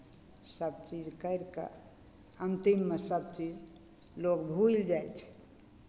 सभचीज करि कऽ अन्तिममे सभचीज लोक भुलि जाइ छै